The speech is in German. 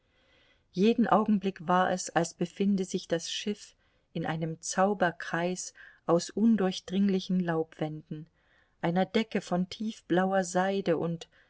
jeden augenblick war es als befinde sich das schiff in einem zauberkreis aus undurchdringlichen laubwänden einer decke von tiefblauer seide und